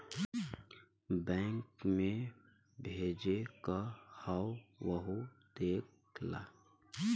bank मे भेजे क हौ वहु देख ला